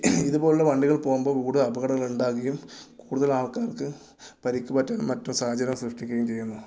ഇതുപോലെ ഉള്ള വണ്ടികൾ പോകുമ്പോൾ റോഡ് അപകടങ്ങൾ ഉണ്ടാവുകയും കൂടുതൽ ആൾക്കാർക്ക് പരിക്ക് പറ്റാൻ മറ്റ് സാഹചര്യം സൃഷ്ഠിക്കുകയും ചെയ്യുന്നു